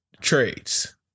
trades